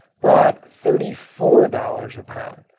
brought thirty four dollars a pound.